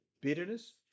bitterness